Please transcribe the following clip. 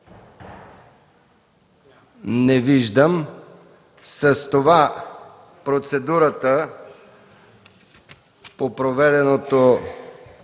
Не виждам. С това процедурата по проведеното